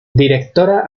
directora